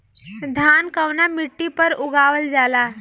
धान कवना मिट्टी पर उगावल जाला?